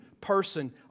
person